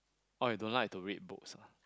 oh you don't like to read books [aj]